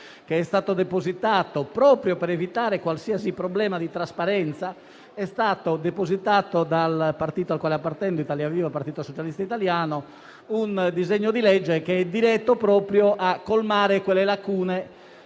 ai colleghi che, proprio per evitare qualsiasi problema di trasparenza, è stato depositato dal Gruppo al quale appartengo, Italia Viva-Partito Socialista Italiano, un disegno di legge diretto proprio a colmare quelle lacune